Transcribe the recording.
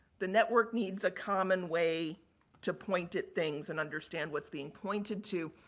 the network needs a common way to point at things and understand what's being pointed to.